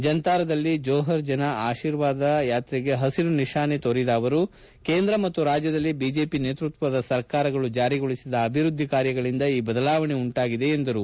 ಜಂತಾರಾದಲ್ಲಿ ಜೋಪರ್ ಜನ ಆಶೀರ್ವಾದ ಯಾತ್ರೆಗೆ ಹಸಿರು ನಿಶಾನೆ ತೋರಿದ ಅವರು ಕೇಂದ್ರ ಮತ್ತು ರಾಜ್ಯದಲ್ಲಿ ಬಿಜೆಪಿ ನೇತೃತ್ವದ ಸರ್ಕಾರಗಳು ಜಾರಿಗೊಳಿಸಿದ ಅಭಿವೃದ್ದಿ ಕಾರ್ಯಗಳಿಂದ ಈ ಬದಲಾವಣೆ ಉಂಟಾಗಿದೆ ಎಂದರು